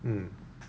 mm